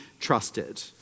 trusted